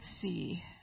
see